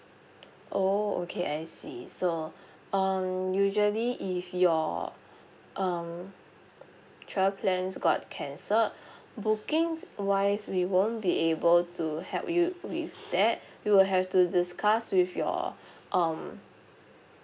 oh okay I see so um usually if your um travel plans got cancelled booking wise we won't be able to help you with that you will have to discuss with your um